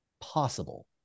possible